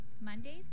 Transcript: mondays